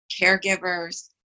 caregivers